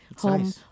Home